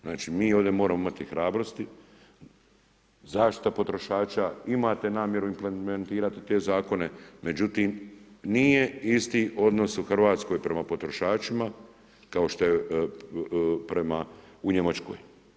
Znači mi ovdje moramo imati hrabrosti, zaštita potrošača, imate namjeru implementirat u te zakone, međutim nije isti odnos u Hrvatskoj prema potrošačima kao što je prema u Njemačkoj.